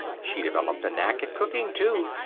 she developed a knack at cooking, too,